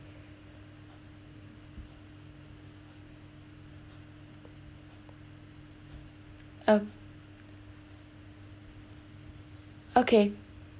oh okay